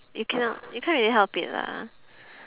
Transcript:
you cannot you can't really help it lah